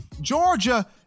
Georgia